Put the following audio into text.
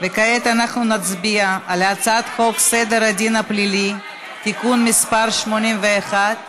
כעת אנחנו נצביע על הצעת חוק סדר הדין הפלילי (תיקון מס' 81)